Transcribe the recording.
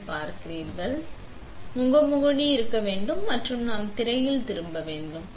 எனவே நாம் செய்யும் முதல் விஷயம் நாம் ஒரு முகமூடி இருக்க வேண்டும் மற்றும் நாம் திரையில் திரும்ப வேண்டும்